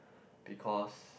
because